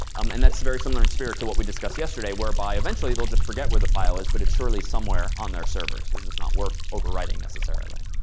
and that's very similar in spirit to what we discussed yesterday whereby eventually they'll just forget where the file is, but it's surely somewhere on their servers because it's not worth overriding necessarily.